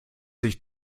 sich